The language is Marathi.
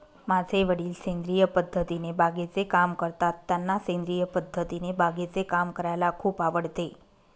माझे वडील सेंद्रिय पद्धतीने बागेचे काम करतात, त्यांना सेंद्रिय पद्धतीने बागेचे काम करायला खूप आवडते